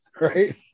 Right